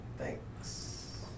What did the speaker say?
Thanks